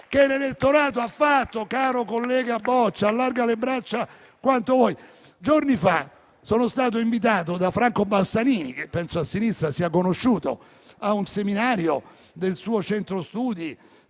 che l'elettorato ha già fatto. Caro collega Boccia, allarga le braccia quanto vuoi. Giorni fa sono stato invitato da Franco Bassanini - penso a sinistra sia conosciuto - a un seminario del suo centro studi